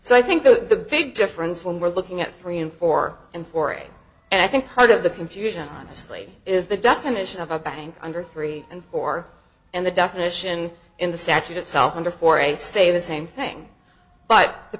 so i think the big difference when we're looking at three and four and four eight and i think part of the confusion honestly is the definition of a bank under three and four and the definition in the statute itself under for a stay the same thing but the